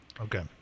Okay